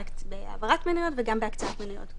בהעברת מניות וגם בהקצאת מניות.